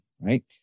right